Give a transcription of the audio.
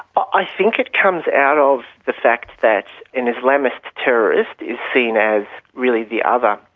i think it comes out of the fact that an islamist terrorist is seen as really the other.